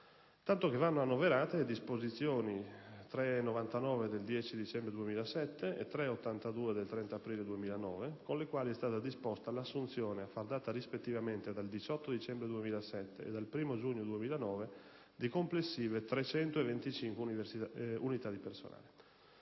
proposito, vanno annoverate le disposizioni n. 399 del 10 dicembre 2007 e n. 382 del 30 aprile 2009, con le quali è stata disposta l'assunzione, a far data rispettivamente dal 18 dicembre 2007 e dal 1° giugno 2009, di complessive 325 unità di personale.